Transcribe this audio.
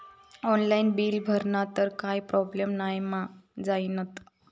Online bill भरला तर काय प्रोब्लेम नाय मा जाईनत?